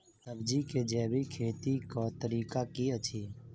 सब्जी केँ जैविक खेती कऽ तरीका की अछि?